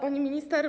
Pani Minister!